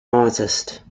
artist